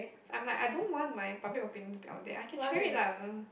I'm like I don't want my public opinion to be out there I can share it lah but then